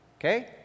Okay